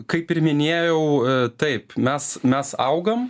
kaip ir minėjau taip mes mes augam